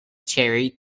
cherry